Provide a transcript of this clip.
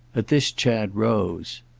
at this chad rose.